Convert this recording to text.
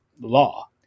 law